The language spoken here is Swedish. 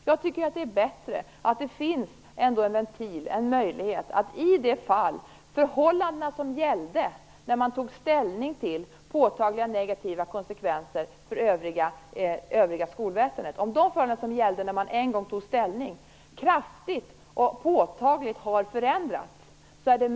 Jag tycker att det är bättre att det finns en ventil, en möjlighet att göra ett nytt ställningstagande, om de förhållanden som gällde när man en gång tog ställning till påtagliga negativa konsekvenser för övriga skolväsendet har förändrats kraftigt och påtagligt.